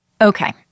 Okay